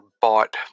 bought